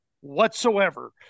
whatsoever